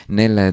nel